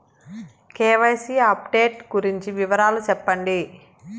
KYC update గురించి వివరాలు సెప్పండి?